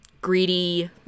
greedy